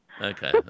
Okay